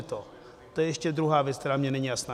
To je ještě druhá věc, která mně není jasná.